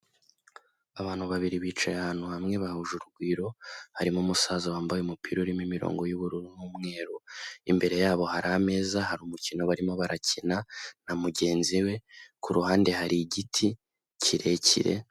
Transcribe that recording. Abantu babiri bicaye ahantu hamwe bahuje urugwiro harimo umusaza wambaye umupira urimo imirongo y'ubururu n'umweru, imbere yabo hari ameza hari umukino barimo barakina na mugenzi we ku ruhande hari igiti kirekire.